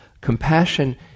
Compassion